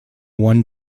one